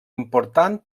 important